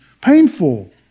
painful